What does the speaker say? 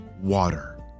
water